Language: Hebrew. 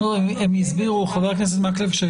הם הסבירו חבר הכנסת מקלב,